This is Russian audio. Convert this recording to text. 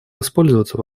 воспользоваться